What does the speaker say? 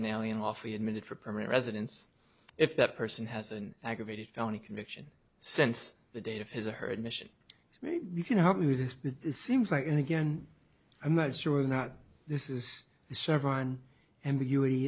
an alien lawfully admitted for permanent residence if that person has an aggravated felony conviction since the date of his or her admission maybe you can help me with this but it seems like and again i'm not sure not this is the chevron ambiguity